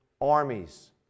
armies